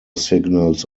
signals